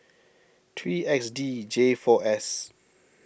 three X D J four S